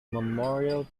memorial